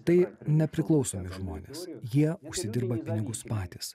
tai nepriklausomi žmonės jie užsidirba pinigus patys